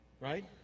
right